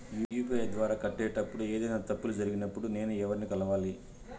UPI ద్వారా కట్టేటప్పుడు ఏదైనా తప్పులు జరిగినప్పుడు నేను ఎవర్ని కలవాలి?